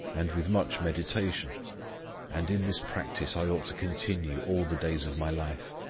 and with much meditation and in this practice i ought to continue all the days of my life.